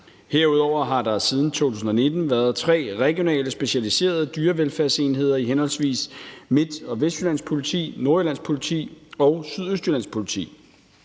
Herudover har der siden 2019 været tre regionale, specialiserede dyrevelfærdsenheder i henholdsvis Midt- og Vestsjællands Politi, Nordjyllands Politi og Sydøstjyllands Politi.